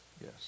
Yes